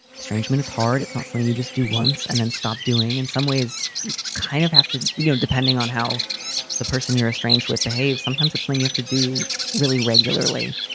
estrangement is hard. it's not something you just do once and then stop doing. in some ways, you kind of have to, you know, depending on how the person you're strange with behave. sometimes it's thing you have to do really regularly.